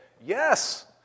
Yes